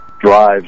drives